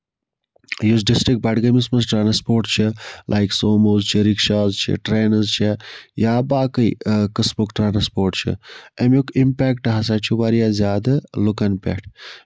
یُس ڈِسٹرکٹ بڈگٲمِس منٛز ٹرانَسپورٹ چھُ لایِک سوموز چھِ رِکشاز چھِ ٹرینٔز چھےٚ یا باقٕے قٔسمُک ٹرانَسپورٹ چھُ اَمیُک اِمپیکٹ ہسا چھُ واریاہ زیادٕ لُکَن پٮ۪ٹھ